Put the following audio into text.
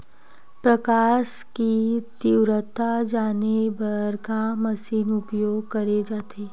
प्रकाश कि तीव्रता जाने बर का मशीन उपयोग करे जाथे?